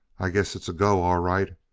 i guess it's a go, all right.